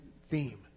theme